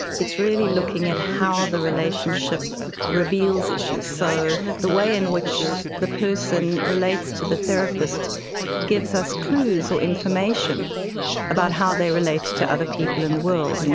it's really looking at how the relationship reveals issues. so the way in which the person relates to the therapist gives us clues or information about how they relate to other people in the world.